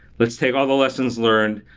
let's take all the lessons learned.